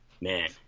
Man